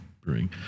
Brewing